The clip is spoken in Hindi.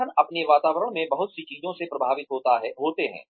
संगठन अपने वातावरण में बहुत सी चीजों से प्रभावित होते हैं